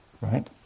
Right